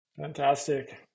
Fantastic